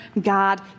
God